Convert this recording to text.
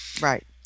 Right